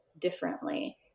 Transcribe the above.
differently